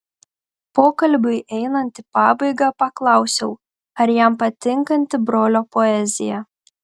pokalbiui einant į pabaigą paklausiau ar jam patinkanti brolio poezija